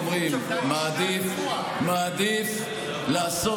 מעדיף לעשות